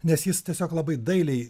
nes jis tiesiog labai dailiai